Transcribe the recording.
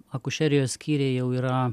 akušerijos skyriai jau yra